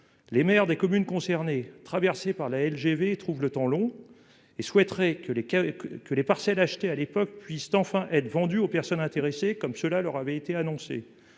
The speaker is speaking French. Les maires des communes concernées, traversées par la LGV, trouvent le temps long et souhaiteraient que les parcelles achetées à l'époque puissent, enfin, être vendues aux personnes intéressées, comme cela leur avait été annoncé.